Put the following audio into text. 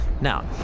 Now